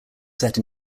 set